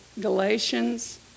Galatians